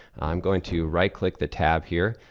i'm going to right click the tab here.